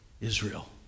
Israel